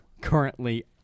Currently